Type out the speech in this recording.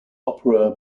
opera